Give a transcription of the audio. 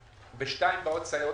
ב-2:00 באות סייעות.